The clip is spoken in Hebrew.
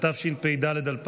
התשפ"ד 2023,